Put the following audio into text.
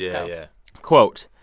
yeah, yeah quote,